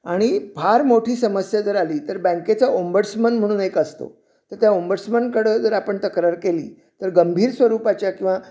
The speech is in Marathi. आणि फार मोठी समस्या जर आली तर बँकेचा ओंबडसमन म्हणून एक असतो तर त्या ओंबटसमनकडे जर आपण तक्रार केली तर गंभीर स्वरूपाच्या किंवा